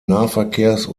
nahverkehrs